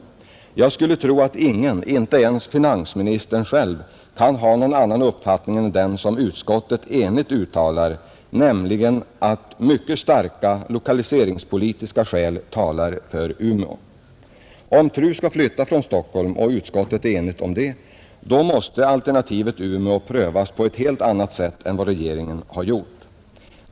Jag tror att ingen — inte ens finansministern själv — kan ha någon annan uppfattning än den som utskottet enigt uttalar, nämligen att mycket starka lokaliseringspolitiska skäl talar för Umeå. Om TRU skall flyttas från Stockholm — och utskottet är enigt om det — måste alternativet Umeå prövas på ett helt annat sätt än vad regeringen har gjort.